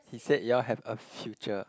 he said you all have a future